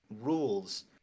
rules